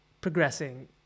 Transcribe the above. progressing